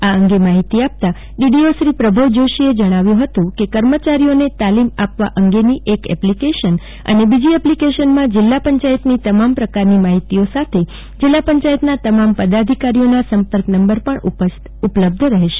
આ અંગે માહિતી આપતા ડીડીઓ શ્રી પ્રભવ જોષીએ કર્મચારીઓને જણાવ્યુ હતું કે તાલીમ આપવા અંગેની એક એપલીકેશન અને બીજી એપલીકેશનમાં જીલ્લા પંચાયતની તમામ પ્રકારની માફિતીઓ સાથે જીલ્લા પંચાતના તમામ પદાધીકારીઓના સંપર્કનંબર પણ ઉપલબ્ધ હૃશે